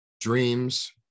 Dreams